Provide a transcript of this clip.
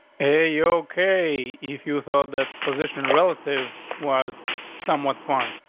a. okay, if you thought that position relative waas somewhat fun.